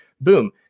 Boom